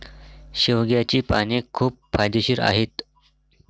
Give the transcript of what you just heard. शेवग्याची पाने खूप फायदेशीर आहेत